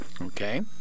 Okay